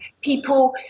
people